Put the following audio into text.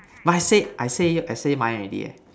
but I said I said I say mine already eh